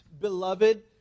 beloved